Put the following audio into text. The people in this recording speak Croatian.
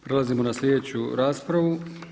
Prelazimo na sljedeću raspravu.